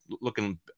looking